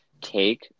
take